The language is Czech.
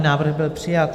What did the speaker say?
Návrh byl přijat.